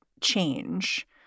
change